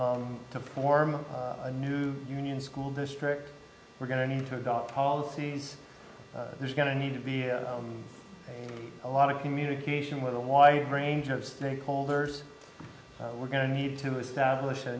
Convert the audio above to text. happen to form a new union school district we're going to need to adopt policies there's going to need to be a lot of communication with a wide range of snake holders we're going to need to establish a